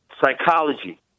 psychology